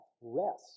rest